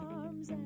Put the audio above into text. arms